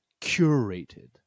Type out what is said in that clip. curated